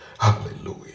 Hallelujah